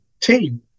team